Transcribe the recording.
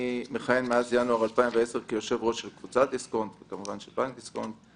אני מכהן מאז ינואר 2010 כיושב ראש של קבוצת דיסקונט ובנק דיסקונט.